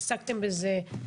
התעסקתם בזה,